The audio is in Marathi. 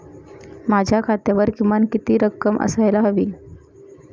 माझ्या खात्यावर किमान किती रक्कम असायला हवी?